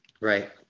Right